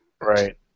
Right